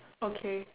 okay